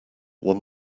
one